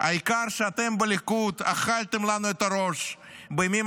העיקר שאתם בליכוד אכלתם לנו את הראש בימים